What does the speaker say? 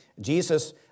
Jesus